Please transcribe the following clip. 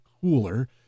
cooler